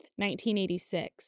1986